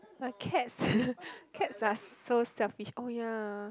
but cats cats are so selfish oh ya